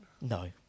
No